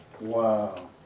Wow